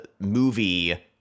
movie